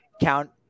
count